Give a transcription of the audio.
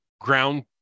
ground